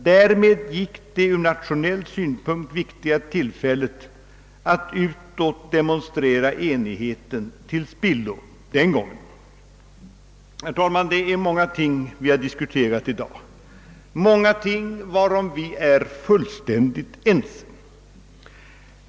Därmed gick det ur nationell synpunkt viktiga tillfället att utåt demonstrera enigheten till spillo den gången. Herr talman! Vi har i dag diskuterat många ting, varom vi är fullständigt ense.